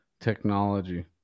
technology